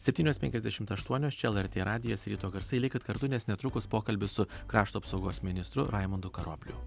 septynios penkiasdešimt aštuonios čia lrt radijas ryto garsai likit kartu nes netrukus pokalbis su krašto apsaugos ministru raimundu karobliu